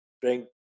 Drink